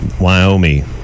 Wyoming